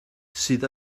sydd